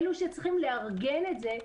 אלו שצריכים לארגן את זה,